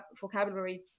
vocabulary